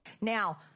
Now